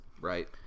Right